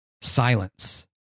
silence